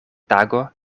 tago